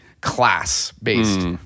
class-based